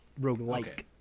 Roguelike